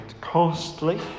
Costly